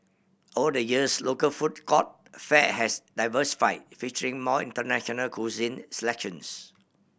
over the years local food court fare has diversify featuring more international cuisine selections